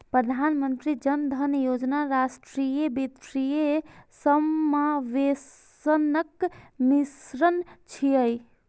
प्रधानमंत्री जन धन योजना राष्ट्रीय वित्तीय समावेशनक मिशन छियै